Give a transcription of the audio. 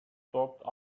stopped